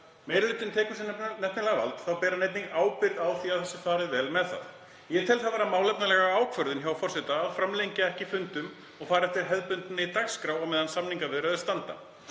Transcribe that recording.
meiri hlutinn tekur sér nefnilega vald þá ber hann einnig ábyrgð á því að farið sé vel með það. Ég tel það vera málefnalega ákvörðun hjá forseta að framlengja ekki fund og fara eftir hefðbundinni dagskrá meðan á samningaviðræðum stendur.